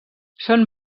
són